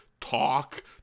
talk